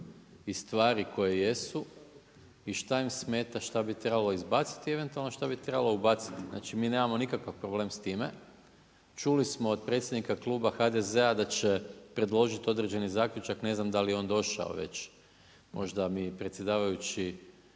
i stvari koje jesu i šta im smeta, šta bi trebalo izbaciti i eventualno šta bi trebalo ubaciti. Znači, mi nemamo nikakav problem s time. Čuli smo od predsjednika Kluba HDZ-a da će predložiti određeni zaključak, ne znam da li je on došao već, možda mi predsjedavajući